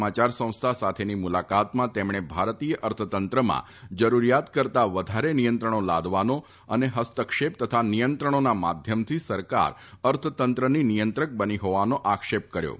સમાચાર સંસ્થા સાથેની મુલાકાતમાં તેમણે ભારતીય અર્થતંત્રમાં જરૂરીયાત કરતા વધારે નિયંત્રણો લાદવાનો તથા ફસ્તક્ષેપ અને નિયંત્રણોના માધ્યમથી સરકાર અર્થતંત્રની નિયંત્રક બની ફોવાનો આક્ષેપ કર્યો હતો